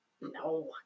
No